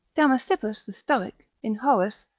damasippus the stoic, in horace,